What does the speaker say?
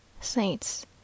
Saints